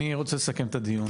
אני רוצה לסכם את הדיון,